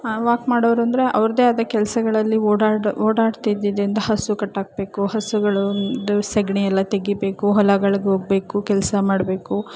walk ಮಾಡೋರು ಅಂದರೆ ಅವ್ರದ್ದೆ ಆದ ಕೆಲಸಗಳಲ್ಲಿ ಓಡಾಡಿ ಓಡಾಡ್ತಿದ್ದಿದ್ದರಿಂದ ಹಸು ಕಟ್ಟಾಕಬೇಕು ಹಸುಗಳು ಇದು ಸಗಣಿಯೆಲ್ಲ ತೆಗಿಬೇಕು ಹೊಲಗಳಿಗೆ ಹೋಗ್ಬೇಕು ಕೆಲಸ ಮಾಡಬೇಕು